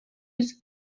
his